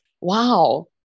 wow